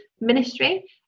ministry